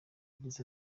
yagize